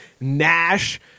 Nash